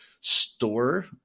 store